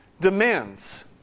demands